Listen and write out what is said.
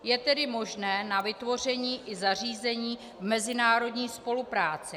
Je tedy možné na vytvoření i zařízení mezinárodní spolupráci.